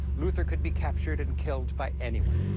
luther could be captured and killed by anyone.